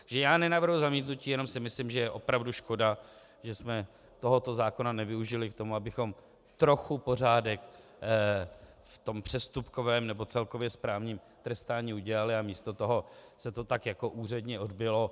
Takže já nenavrhuji zamítnutí, jenom si myslím, že je opravdu škoda, že jsme tohoto zákona nevyužili k tomu, abychom trochu pořádek v přestupkovém nebo celkově správním trestání udělali, a místo toho se to tak jako úředně odbylo.